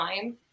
time